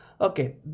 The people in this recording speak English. Okay